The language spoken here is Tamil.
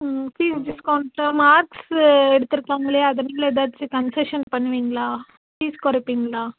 ஃபீஸ் டிஸ்கவுண்ட்டு மார்க்ஸ்ஸு எடுத்திருக்காங்கல்லியா அதனால் எதாவது கன்செஷன் பண்ணுவீங்களா ஃபீஸ் குறைப்பீங்களா